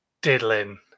diddling